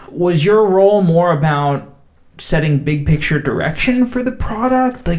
was your role more about setting big picture direction for the product? like